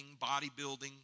bodybuilding